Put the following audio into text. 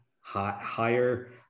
higher